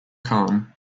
khan